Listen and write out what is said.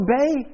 obey